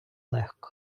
легко